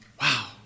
Wow